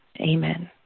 Amen